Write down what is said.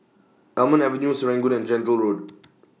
Almond Avenue Serangoon and Gentle Road